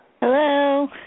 Hello